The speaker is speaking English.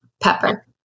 Pepper